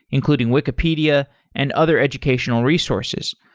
including wikipedia and other educational resources,